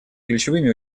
ключевыми